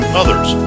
others